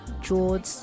George